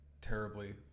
terribly